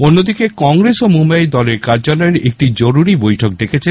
অন্যদিকে কংগ্রেসও মুম্বাইয়ে দলের কার্যালয়ে একটি জরুরী বৈঠক ডেকেছে